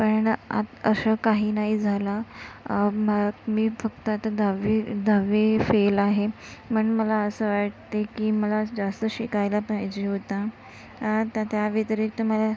पण असं काही नाही झालं म मी फक्त आता दहावी दहावी फेल आहे म्हणून मला असं वाटते की मला जास्त शिकायला पाहिजे होतं तर त्या व्यतिरिक्त मला